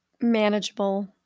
manageable